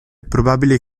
probabile